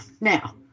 Now